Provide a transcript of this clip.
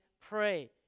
pray